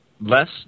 less